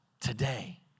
today